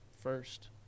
first